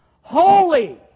Holy